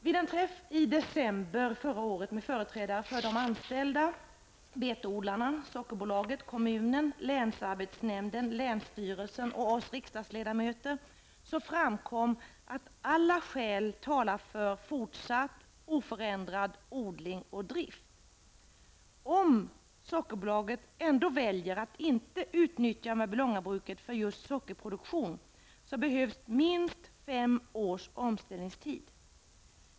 Vid en träff i december förra året med företrädare för de anställda, betodlarna, Sockerbolaget, kommunen, länsarbetsnämnden, länsstyrelsen och oss riksdagsledamöter, framkom att alla skäl talar för fortsatt, oförändrad odling och drift. Om Sockerbolaget ändå väljer att inte utnyttja Mörbylångabruket för just sockerproduktion, behövs minst fem års omställningstid.